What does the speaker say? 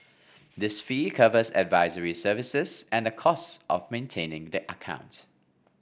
this fee covers advisory services and the costs of maintaining the account